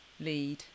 lead